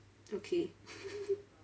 okay